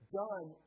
done